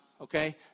okay